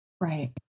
Right